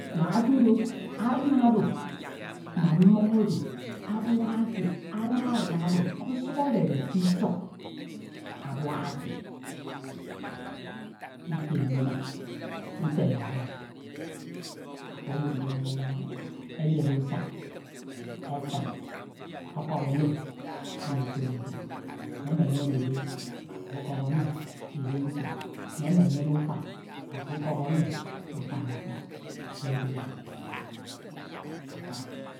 mak otudo aran oro ma mmoñ oro abuakha kied ada aran oro osukhorede isọñ abuakha kied utem uma, utemere, ofo eyed nai nai eyed usan esin ọkọp ono ndito mfo, mme emenyene ebe afo ọkọp ono ebe mfo, mme emenyene ufon, afo ọkọp ono ufan mfo edia, akura.